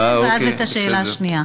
ואז את השאלה השנייה.